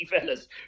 fellas